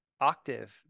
octave